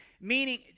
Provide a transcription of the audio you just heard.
meaning